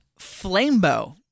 Flamebow